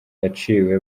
yaciwe